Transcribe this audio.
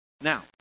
Now